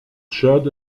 tchad